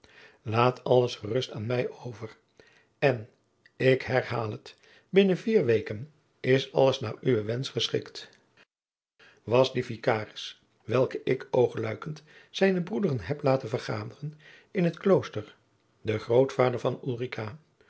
laat alles gerust aan mij over en ik herhaal het binnen vier weeken is alles naar uwen wensch geschikt was die vikaris welke ik oogluikend zijne broederen heb laten vergaderen in het klooster de grootvader van